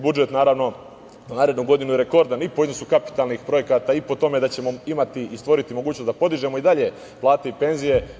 Budžet za narednu godinu je rekordan, i po iznosu kapitalnih projekata i po tome da ćemo imati i stvoriti mogućnost da podižemo i dalje plate i penzije.